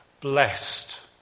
blessed